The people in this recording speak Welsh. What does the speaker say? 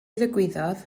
ddigwyddodd